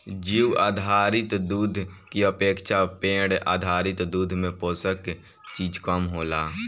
जीउ आधारित दूध की अपेक्षा पेड़ आधारित दूध में पोषक चीज कम होला